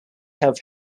have